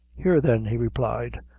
here then, he replied,